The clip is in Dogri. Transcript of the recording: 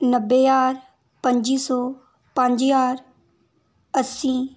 नब्बे ज्हार पंजी सौ पजं ज्हार अस्सी